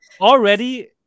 already